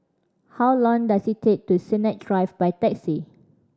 how long does it take to Sennett Drive by taxi